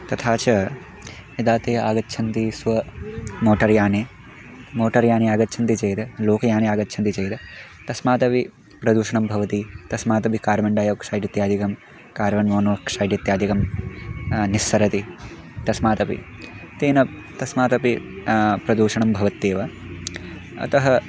तथा च यदा ते आगच्छन्ति स्व मोटर्याने मोटर्याने आगच्छन्ति चेत् लोकयाने आगच्छन्ति चेत् तस्मातपि प्रदूषणं भवति तस्मातपि कार्बन् डैयाक्षैड् इत्यादिकं कार्बन् मोनोक्षैड् इत्यादिकं निस्सरति तस्मादपि तेन तस्मातपि प्रदूषणं भवत्येव अतः